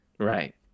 Right